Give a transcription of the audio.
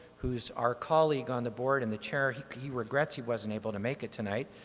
who's our colleague on the board and the chair, he he regrets he wasn't able to make it tonight.